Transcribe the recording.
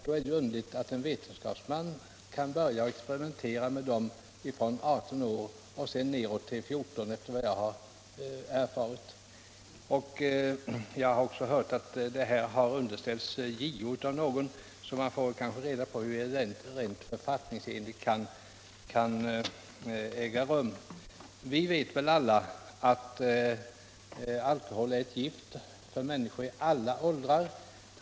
Då är det underligt att en vetenskapsman kan börja experimentera med ungdomar i åldern från 18 år och nedåt till 14 år, enligt vad jag har erfarit. Jag har också hört att saken underställts JO av någon, så vi får kanske se hur det ligger till rent författningsmässigt. Vi vet att alkohol är ett gift för människor i alla åldrar.